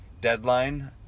deadline